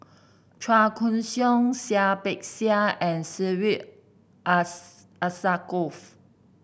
Chua Koon Siong Seah Peck Seah and Syed Alsagoff